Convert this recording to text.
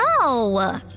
No